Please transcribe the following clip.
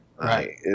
Right